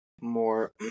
more